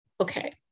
Okay